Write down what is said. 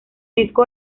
disco